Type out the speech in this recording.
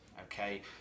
okay